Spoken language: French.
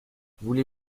voulez